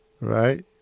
right